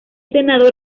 senador